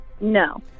No